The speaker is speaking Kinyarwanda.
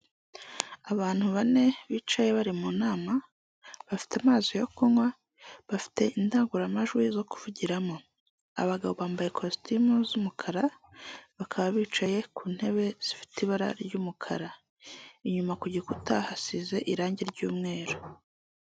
Abantu bane bicaye bari mu nama, bafite amazi yo kunywa, bafite indangururamajwi zo kuvugiramo. Abagabo bambaye kositimu z'umukara bakaba bicaye ku ntebe zifite ibara ry'umukara inyuma ku gikuta hasize irangi ry'umweru.